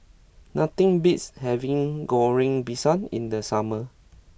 nothing beats having Goreng Pisang in the summer